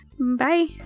Bye